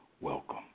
Welcome